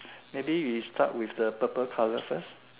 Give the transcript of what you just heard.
maybe we start with the purple color first